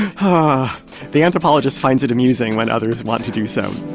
um ah the anthropologist finds it amusing when others want to do so